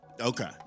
Okay